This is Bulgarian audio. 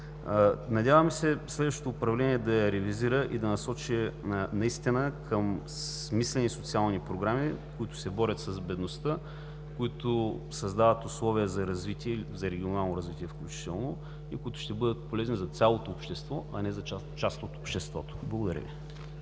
Надявамe се следващото управление да я ревизира и насочи наистина към смислени социални програми, които се борят с бедността, които създават условия за развитие, за регионално развитие включително, и които ще бъдат полезни за цялото общество, а не за част от него. Благодаря Ви.